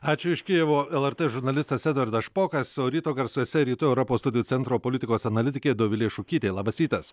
ačiū iš kijevo lrt žurnalistas edvardas špokas o ryto garsuose rytų europos studijų centro politikos analitikė dovilė šukytė labas rytas